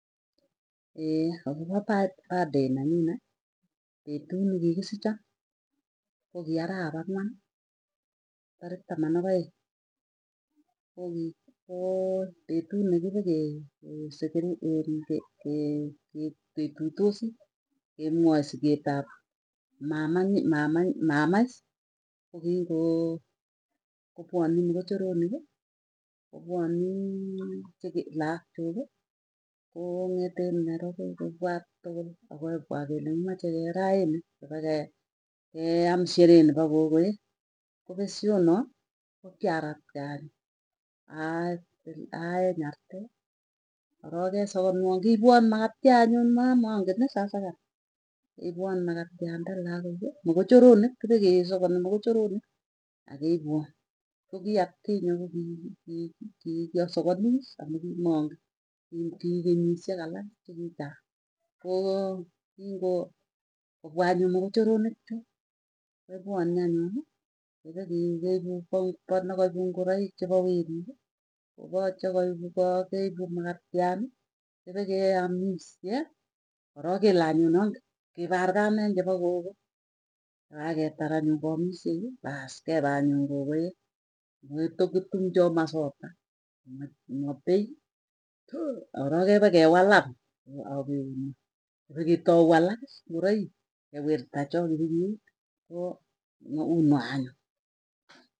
akopa birthday nenyune petu nekikisicho ko kiarap ang'wani tarik taman ak aeng, kokii koo petut nekipekee ketuitosi kemwoe siget ap mama mamany mamaiis, ko kingo pwanii mokochoroniki kopwanii laakchuki kong'eten narobi kopwa tukul akoi pwa kole imache keraini kipekee am sherehe nepo kokoe kopeshoo naa kokiaratkei anyun. Atil aeng artee arok kesakanwoo kipwoo makatya nyuu mangen iis asakan. Ipwon makatiande lagooki mokochoronik kipekesakani mogochoronik, akeipwoo. Kokii atkinye kokii ki kiasakani iis amuu kimangen kii kenyisiek alak chekichang koo kingo, kopwa anyun mokochoronik chuu kopwani anyuni kepeki keipu po nekaipu ngoroik chepo weriki. Kopa chekaipu kakeipu makatyani kepekeamisye korok kele anyun ongi kipargan eng chepo kogo akaketar anyun keamisyei paas kepee anyun kokoek ngokakitumchoo masoda, mapei ptoo arok kopakewalan akeuno peketau alakis ngoraik kewirta choo kipikiun ko unoe anyun.